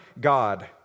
God